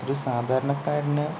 ഒരു സാധാരണക്കാരന്